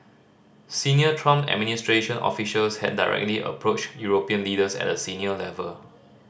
Senior Trump administration officials had directly approached European leaders at a senior level